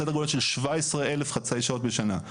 סדר גודל של 17 אלף חצאי שעות בשנה,